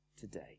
today